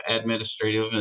administrative